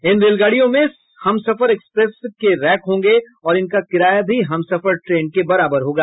इन रेलगाड़ियों में Humsafar express rake होगा और इनका किराया भी हमसफर ट्रेन के बराबर होगा